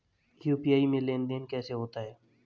UPI में लेनदेन कैसे होता है?